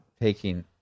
taking